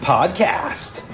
Podcast